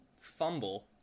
fumble